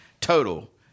Total